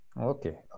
Okay